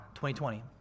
2020